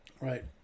Right